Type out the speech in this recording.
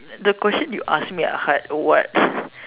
the questions you ask me are hard what